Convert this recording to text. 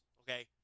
okay